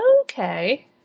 Okay